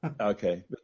Okay